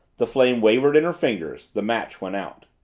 the flame wavered in her fingers, the match went out.